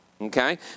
Okay